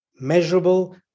measurable